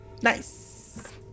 Nice